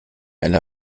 elle